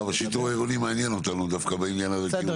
השיטור העירוני מעניין אותנו דווקא בעניין הזה,